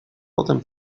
potem